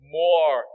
more